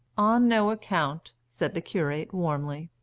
on no account, said the curate, warmly.